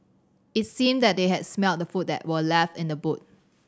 it seemed that they had smelt the food that were left in the boot